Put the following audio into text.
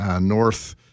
North